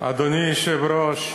אדוני היושב-ראש,